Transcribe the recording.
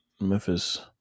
Memphis